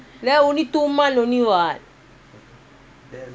then only two month only [what]